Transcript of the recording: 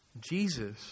Jesus